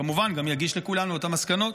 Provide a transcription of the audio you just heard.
כמובן, הוא גם יגיש לכולנו את המסקנות.